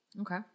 Okay